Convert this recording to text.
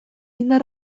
indar